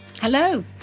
Hello